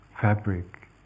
fabric